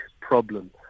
problem